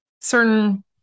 certain